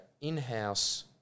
in-house